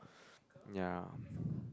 yeah